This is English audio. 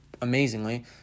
amazingly